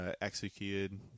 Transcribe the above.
executed